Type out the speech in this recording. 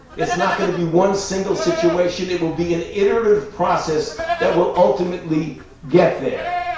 it's not going to be one single situation. it will be an iterative process that will ultimately get there.